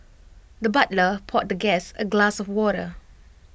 the butler poured the guest A glass of water